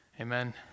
Amen